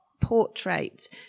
portrait